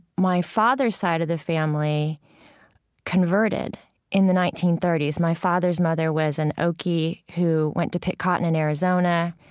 my father's side of the family converted in the nineteen thirty s. my father's mother was an okie who went to pick cotton in arizona.